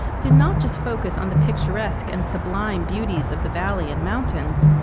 did not just focus on the picturesque and sublime beauties of the valley and mountains,